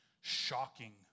shocking